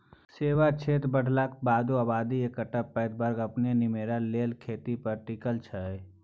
सेबा क्षेत्र बढ़लाक बादो आबादीक एकटा पैघ बर्ग अपन निमेरा लेल खेती पर टिकल छै